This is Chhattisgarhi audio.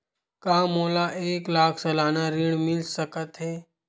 का मोला एक लाख सालाना ऋण मिल सकथे?